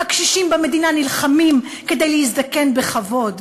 הקשישים במדינה נלחמים כדי להזדקן בכבוד,